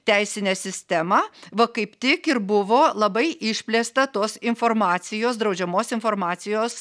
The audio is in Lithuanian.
teisinę sistemą va kaip tik ir buvo labai išplėsta tos informacijos draudžiamos informacijos